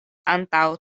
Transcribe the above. antaŭ